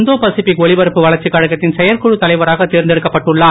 இந்தோ Pacific ஒலிபரப்பு வளர்ச்சிக் கழகத்தின் செயற்குழுத் தலைவராகத் தேர்ந்தெடுக்கப் பட்டுள்ளார்